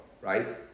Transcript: right